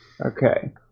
Okay